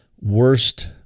worst